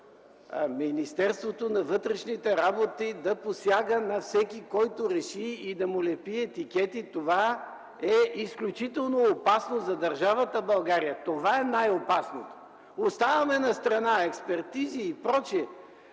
Министерството на вътрешните работи да посяга на всеки, който реши, и да му лепи етикети – това е изключително опасно за държавата България, това е най-опасното. Оставяме настрана експертизи и пр.